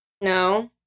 No